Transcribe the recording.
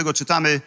czytamy